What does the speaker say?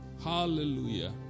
Hallelujah